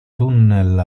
tunnel